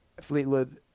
fleetwood